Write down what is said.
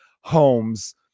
homes